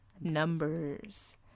numbers